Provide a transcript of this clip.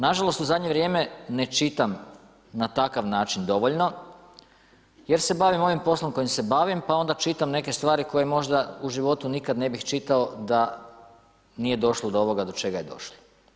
Nažalost u zadnje vrijeme ne čitam na takav način dovoljno jer se bavim ovim poslom kojim se bavim pa onda čitam neke stvari koje možda ne bi čitao da nije došlo do ovoga do čega je došlo.